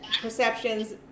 perceptions